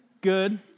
Good